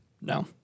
No